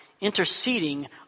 interceding